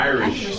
Irish